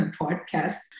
podcast